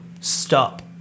stop